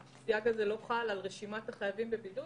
הסייג הזה לא חל על רשימת החייבים בבידוד